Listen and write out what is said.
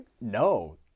no